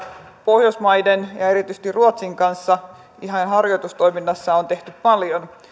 pohjoismaiden ja ja erityisesti ruotsin kanssa harjoitustoiminnassa on tehty paljon